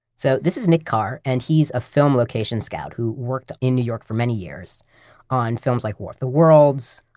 so this is nick carr, and he's a film location scout who worked in new york for many years on films like war of the worlds,